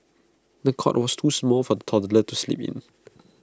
the cot was too small for the toddler to sleep in